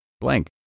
blank